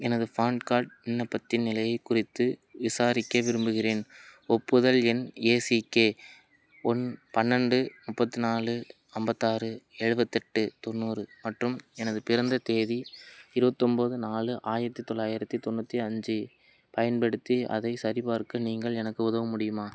எனது PAN card விண்ணப்பத்தின் நிலையை குறித்து விசாரிக்க விரும்புகிறேன் ஒப்புதல் எண் ஏசிகே ஒன் பன்னெண்டு முப்பத்தி நாலு ஐம்பத்தாறு எழுபத்தெட்டு தொண்ணூறு மற்றும் எனது பிறந்த தேதி இருபத்தொம்போது நாலு ஆயிரத்தி தொள்ளாயிரத்தி தொண்ணூற்றி அஞ்சு பயன்படுத்தி அதைச் சரிபார்க்க நீங்கள் எனக்கு உதவ முடியுமா